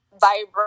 vibrant